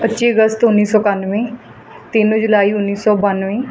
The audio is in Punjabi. ਪੱਚੀ ਅਗਸਤ ਉੱਨੀ ਸੌ ਇਕਾਨਵੇਂ ਤਿੰਨ ਜੁਲਾਈ ਉੱਨੀ ਸੌ ਬਾਨਵੇਂ